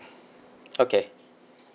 okay